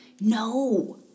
No